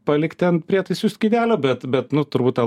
palikti ant prietaisų skydelio bet bet nu turbūt tą